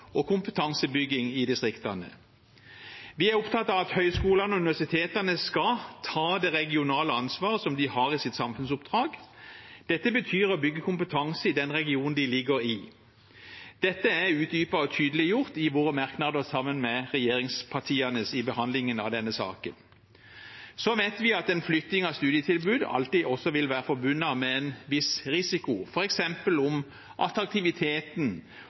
og kompetansebygging i distriktene. Vi er opptatt av at høyskolene og universitetene skal ta det regionale ansvaret de har i sitt samfunnsoppdrag. Det betyr å bygge kompetanse i den regionen de ligger i. Dette er utdypet og tydeliggjort i våre merknader sammen med regjeringspartiene i behandlingen av saken. Vi vet at en flytting av studietilbud alltid vil være forbundet med en viss risiko for f.eks. om attraktiviteten